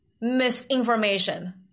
misinformation